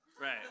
Right